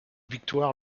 victoire